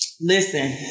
Listen